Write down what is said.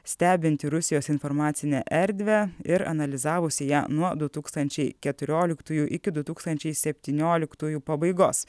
stebinti rusijos informacinę erdvę ir analizavusi ją nuo du tūkstančiai keturioliktųjų iki du tūkstančiai septynioliktųjų pabaigos